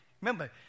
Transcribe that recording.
remember